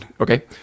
Okay